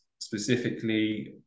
specifically